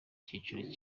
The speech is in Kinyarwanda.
cyiciro